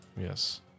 yes